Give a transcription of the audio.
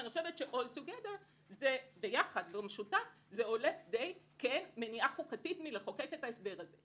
ואני חושבת שיחד זה עולה כדי מניעה חוקתית מחיקוק ההסדר הזה.